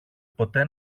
ποτέ